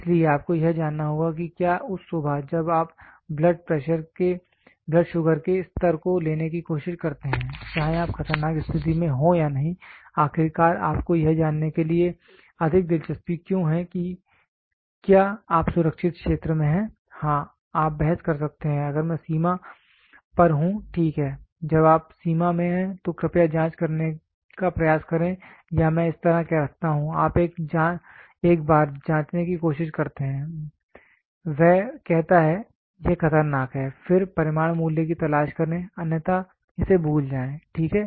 इसलिए आपको यह जानना होगा कि क्या उस सुबह जब आप ब्लड शुगर के स्तर को लेने की कोशिश करते हैं चाहे आप खतरनाक स्थिति में हों या नहीं आखिरकार आपको यह जानने के लिए अधिक दिलचस्पी क्यों है कि क्या आप सुरक्षित क्षेत्र में हैं हां आप बहस कर सकते हैं अगर मैं सीमा पर हूं ठीक है जब आप सीमा में हैं तो कृपया जांच करने का प्रयास करें या मैं इस तरह रखता हूं आप एक बार जाँचने की कोशिश करते हैं वह कहता है यह खतरनाक है फिर परिमाण मूल्य की तलाश करें अन्यथा इसे भूल जाएं ठीक है